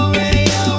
radio